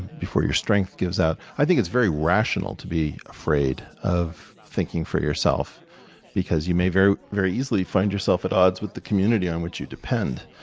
before your strength gives out. i think it's very rational to be afraid of thinking for yourself because you may very very easily find yourself at odds with the community on which you depend.